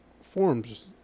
forms